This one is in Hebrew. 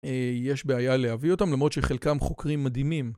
יש בעיה להביא אותם למרות שחלקם חוקרים מדהימים.